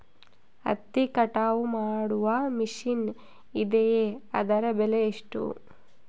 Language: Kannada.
ಹತ್ತಿ ಕಟಾವು ಮಾಡುವ ಮಿಷನ್ ಇದೆಯೇ ಅದರ ಬೆಲೆ ಎಷ್ಟು?